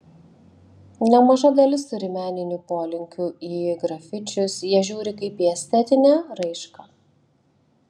nemaža dalis turi meninių polinkių į grafičius jie žiūri kaip į estetinę raišką